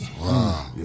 wow